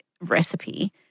recipe